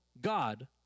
God